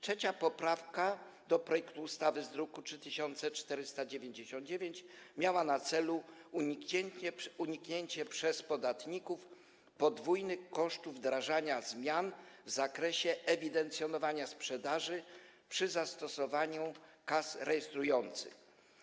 3. poprawka do projektu ustawy z druku nr 3499 miała na celu uniknięcie przez podatników podwójnych kosztów wdrażania zmian w zakresie ewidencjonowania sprzedaży przy zastosowaniu kas rejestrujących.